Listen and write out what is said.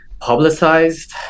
publicized